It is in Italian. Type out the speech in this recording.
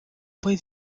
poi